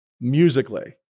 musically